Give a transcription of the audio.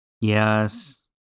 yes